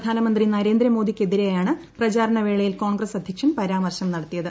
പ്രധാനമന്ത്രി നരേന്ദ്രമോദിക്കെതിരെയാണ് പ്രചാര്യണ് വേളയിൽ കോൺഗ്രസ്സ് അധ്യക്ഷൻ പരാമർശം നടത്തിയ്ത്